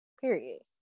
Period